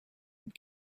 and